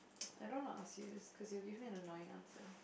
I don't know how to ask this cause you'll give me an annoying answer